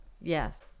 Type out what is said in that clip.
Yes